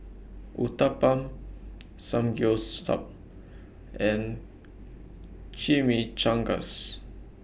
Uthapam Samgyeopsal and Chimichangas